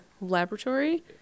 laboratory